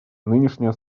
нынешняя